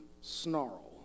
snarl